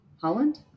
holland